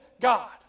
God